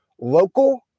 local